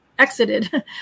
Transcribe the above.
Exited